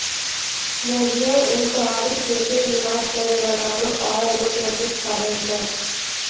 मोहियर उन पहाड़ी क्षेत्र निवास करै बाला रो आय रो प्रामुख साधन छै